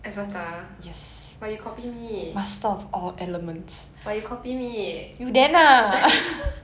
avatar but you copy me but you copy me